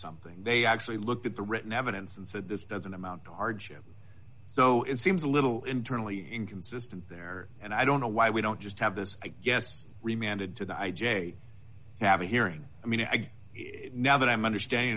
something they actually looked at the written evidence and so this doesn't amount to hardship so it seems a little internally inconsistent there and i don't know why we don't just have this remanded to the i j have a hearing now that i'm understanding